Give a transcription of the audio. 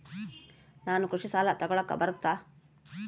ನಾನು ಕೃಷಿ ಸಾಲ ತಗಳಕ ಬರುತ್ತಾ?